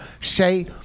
Say